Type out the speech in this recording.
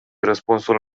răspunsul